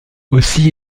aussi